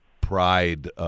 pride